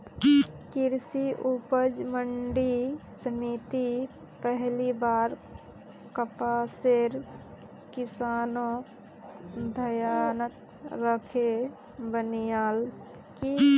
कृषि उपज मंडी समिति पहली बार कपासेर किसानक ध्यानत राखे बनैयाल की